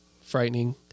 frightening